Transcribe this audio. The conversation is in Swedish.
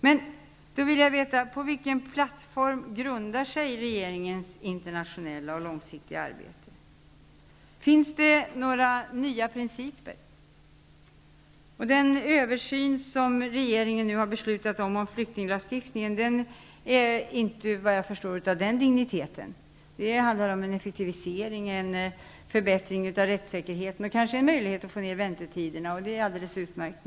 Men då vill jag veta: På vilken plattform grundar sig regeringens internationella och långsiktiga arbete? Finns det några nya principer? Den översyn som regeringen nu har beslutat om av flyktinglagstiftningen är vad jag förstår inte av den digniteten. Den handlar om effektivisering, förbättring av rättssäkerheten och kanske en möjlighet att få ner väntetiderna, och det är alldeles utmärkt.